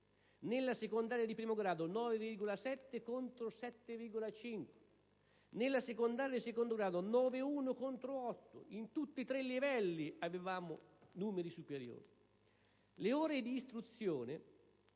nella secondaria di primo grado 9,7 contro 7,5; nella secondaria di secondo grado 9,1 contro 8. In tutti i tre livelli avevamo numeri superiori. Le ore di istruzione